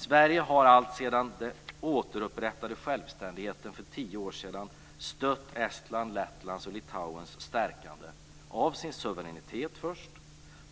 Sverige har alltsedan den återupprättade självständigheten för tio år sedan stött Estlands, Lettlands och Litauens stärkande av sin suveränitet,